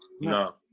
no